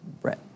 Brett